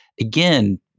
again